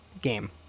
game